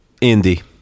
Indy